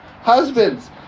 Husbands